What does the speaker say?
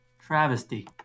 travesty